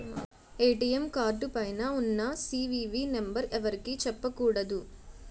ATM card పైన ఉన్న CVV number ఎవరికీ చెప్పకూడదు